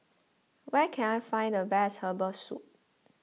where can I find the best Herbal Soup